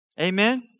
Amen